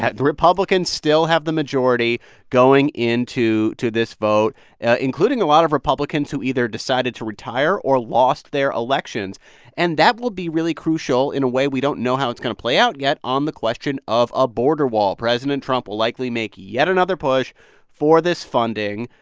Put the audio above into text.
the republicans still have the majority going into this vote including a lot of republicans who either decided to retire or lost their elections and that will be really crucial in a way we don't know how it's going to play out yet on the question of a border wall. president trump will likely make yet another push for this funding.